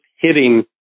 hitting